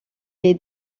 est